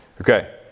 Okay